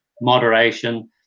moderation